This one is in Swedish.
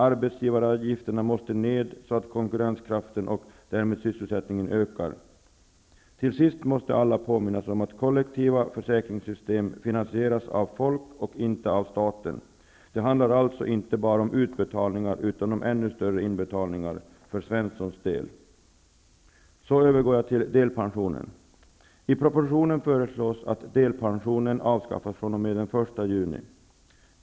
Arbetsgivaravgifterna måste ned, så att konkurrenskraften och därmed sysselsättningen ökar. Till sist måste alla påminnas om att kollektiva försäkringssystem finansieras av folk och inte av staten. Det handlar alltså inte bara om utbetalningar utan om ännu större inbetalningar -- åtminstone för Svenssons del. Jag övergår nu till delpensionen. I propositionen föreslås att delpensionen avskaffas fr.o.m. 1 juni.